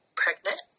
pregnant